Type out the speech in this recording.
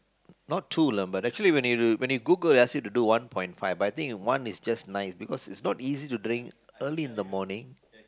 not too lah but actually when when you Google they ask you to do one point five but I think one is just fine cause it's not easy to drink early in the morning